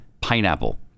PINEAPPLE